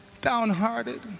downhearted